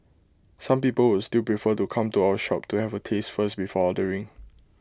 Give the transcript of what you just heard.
some people would still prefer to come to our shop to have A taste first before ordering